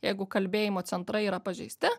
jeigu kalbėjimo centrai yra pažeisti